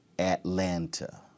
Atlanta